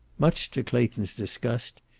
much to clayton's disgust,